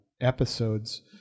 episodes